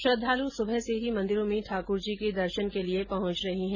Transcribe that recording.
श्रद्वालु सुबह से ही मंदिरों में ठाक्र जी के दर्शन के लिये पहुंच रहे है